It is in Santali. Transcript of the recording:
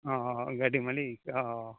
ᱚᱻ ᱜᱟᱹᱰᱤ ᱢᱟᱹᱞᱤᱠ ᱚᱻ